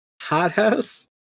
hothouse